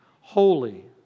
holy